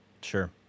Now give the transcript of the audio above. Sure